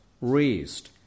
raised